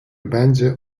bence